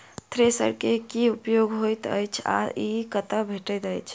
Thresher केँ की उपयोग होइत अछि आ ई कतह भेटइत अछि?